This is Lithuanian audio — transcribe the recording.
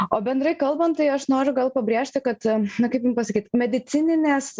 o bendrai kalbant tai aš noriu gal pabrėžti kad na kaip jum pasakyt medicininės